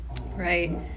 right